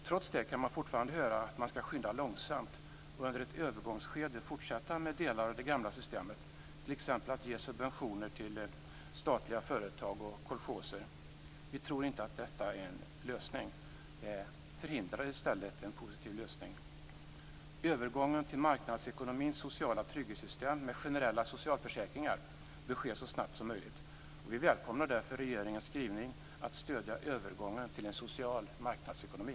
Trots det kan man fortfarande höra att man skall skynda långsamt och under ett övergångsskede fortsätta med delar av det gamla systemet, t.ex. att ge subventioner till statliga företag och kolchoser. Vi tror inte att detta är en lösning. Det förhindrar i stället ett positiv lösning. En övergång till marknadsekonomins sociala trygghetssystem med generella socialförsäkringar bör ske så snabbt som möjligt. Vi välkomnar därför regeringens skrivning om att stödja övergången till en social marknadsekonomi.